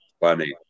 funny